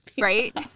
Right